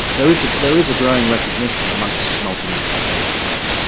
there is there is a growing recognition amongst multinational companies,